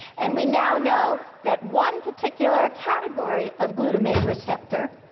and we now know that one particular category of glutamate receptor